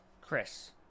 Chris